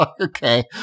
Okay